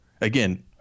again